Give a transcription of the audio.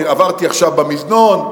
אני עברתי עכשיו במזנון,